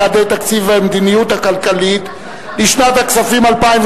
יעדי התקציב והמדיניות הכלכלית לשנת הכספים 2002)